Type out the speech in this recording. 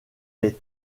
les